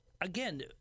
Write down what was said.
again